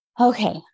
Okay